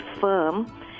firm